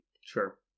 Sure